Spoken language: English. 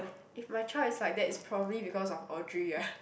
if my child is like that it's probably because of Audrey ah